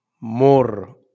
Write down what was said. more